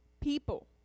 people